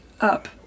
up